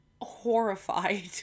horrified